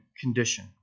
condition